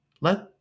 Let